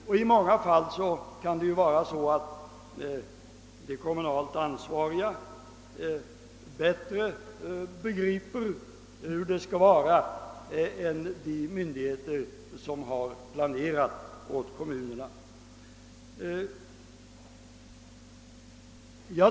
Men i många fall kan ju de kommunalt ansvariga bättre begripa hur saken bör ordnas än de myndigheter som har planerat för kommunerna.